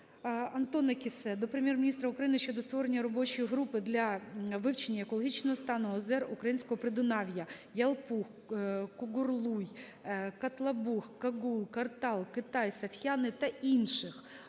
Антона Кіссе до Прем'єр-міністра України щодо створення робочої групи для вивчення екологічного стану озер Українського Придунав'я: Ялпуг-Кугурлуй, Катлабуг, Кагул, Картал, Китай, Саф'яни та інших.